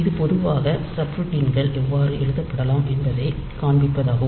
இது பொதுவாக சப்ரூட்டின்கள் எவ்வாறு எழுதப்படலாம் என்பதைக் காண்பிப்பதாகும்